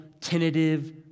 tentative